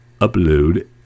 upload